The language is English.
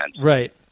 Right